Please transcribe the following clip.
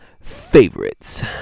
Favorites